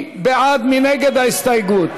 של חברי הכנסת יצחק הרצוג,